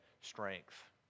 strength